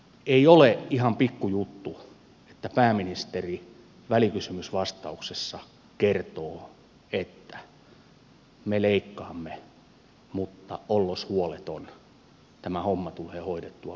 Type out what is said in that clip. ei ole ihan pikku juttu että pääministeri välikysymysvastauksessaan kertoo että me leikkaamme mutta ollos huoleton tämä homma tulee hoidettua muuta kautta